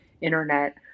internet